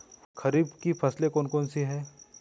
खरीफ की फसलें कौन कौन सी हैं?